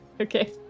okay